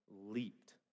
leaped